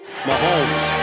Mahomes